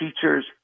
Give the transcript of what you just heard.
teachers